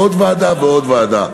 ועוד ועדה ועוד ועדה.